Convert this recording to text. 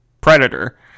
predator